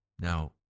Now